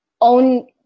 own